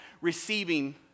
receiving